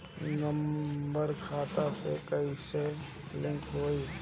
Number खाता से कईसे लिंक होई?